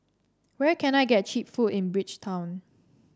where can I get cheap food in Bridgetown